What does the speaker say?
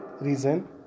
reason